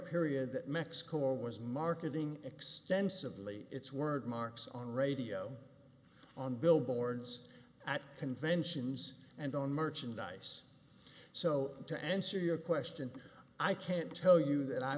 that mexico or was marketing extensively its word marks on radio on billboards at conventions and on merchandise so to answer your question i can't tell you that i